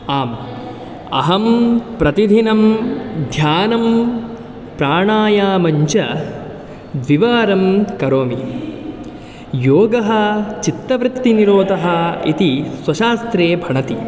आम् अहं प्रतिदिनम् ध्यानं प्राणायामं च द्विवारं करोमि योगः चित्तवृत्तिनिरोधः इति स्वशास्त्रे भणति